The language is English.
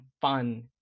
fun